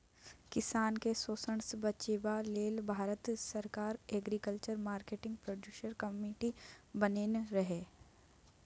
किसान केँ शोषणसँ बचेबा लेल भारत सरकार एग्रीकल्चर मार्केट प्रोड्यूस कमिटी बनेने रहय